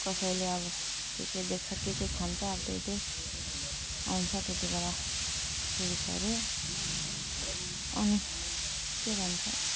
कसैले अब के के बेच्छ के के खान्छ अब त्यही त्यही आउँछ त्यति बेला टुरिस्टहरू अनि के भन्छ